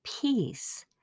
peace